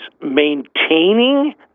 maintaining